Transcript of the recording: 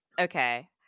okay